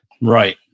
right